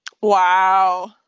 Wow